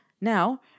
Now